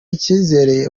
icyizere